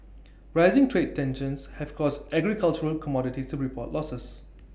rising trade tensions have caused agricultural commodities to report losses